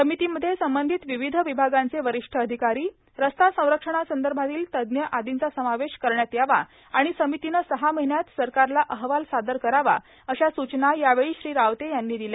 समितीमध्ये संबंधित विविध विभागांचे वरिष्ठ अधिकारी रस्ता संरक्षणासंदर्भातील तज्ञ आर्दीचा समावेश करण्यात यावा आणि समितीनं सहा महिन्यात सरकारला अहवाल सादर करावा अशा स्रचना यावेळी श्री रावते यांनी दिल्या